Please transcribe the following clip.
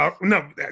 No